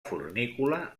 fornícula